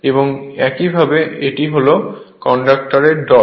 এবং একইভাবে এটি হল কন্ডাক্টর এর ডট